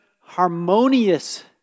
harmonious